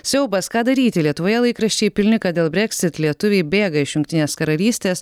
siaubas ką daryti lietuvoje laikraščiai pilni kad dėl breksit lietuviai bėga iš jungtinės karalystės